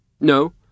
No